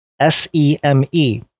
S-E-M-E